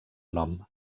nom